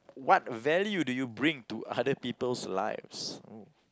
what value do you bring to other people's lives oh